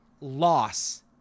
loss